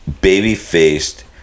baby-faced